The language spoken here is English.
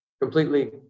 completely